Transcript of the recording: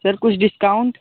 sir कुछ discount